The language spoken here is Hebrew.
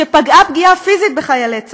שפגעה פגיעה פיזית בחיילי צה"ל,